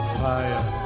fire